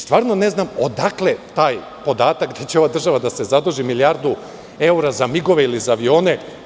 Stvarno ne znam odakle taj podatak da će ova država da se zaduži milijardu evra za MIG ili avione.